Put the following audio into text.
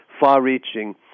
far-reaching